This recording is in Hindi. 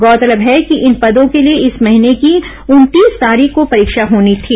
गौरतलब है कि इन पदो के लिए इस महीने की उनतींस तारीख को परीक्षा होनी थी